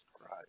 Right